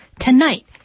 tonight